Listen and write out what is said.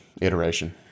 iteration